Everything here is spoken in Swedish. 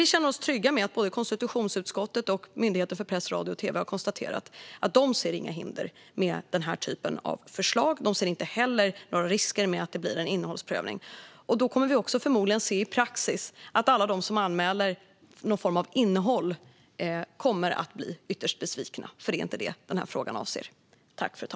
Vi känner oss alltså trygga med att både konstitutionsutskottet och Myndigheten för press, radio och tv har konstaterat att de inte ser några hinder med förslag som detta. De ser heller inga risker för att det blir en innehållsprövning. Vi kommer förmodligen i praxis att se att alla de som anmäler någon form av innehåll kommer att bli ytterst besvikna, eftersom frågan inte avser det.